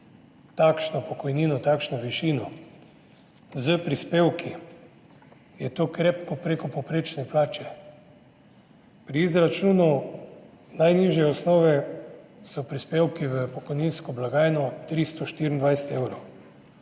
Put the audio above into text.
takšno pokojnino, takšno višino s prispevki, je to krepko prek povprečne plače. Pri izračunu najnižje osnove so prispevki v pokojninsko blagajno 324 evrov